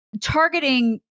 targeting